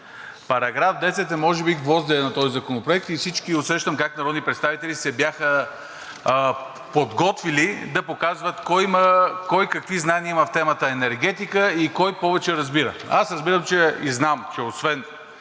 Параграф 10 е може би гвоздеят на този законопроект и усещам как всички народни представители се бяха подготвили да показват кой какви знания има в темата „Енергетика“ и кой повече разбира. Аз разбирам и знам, че освен